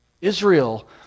Israel